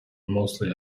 mostly